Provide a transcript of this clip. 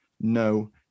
No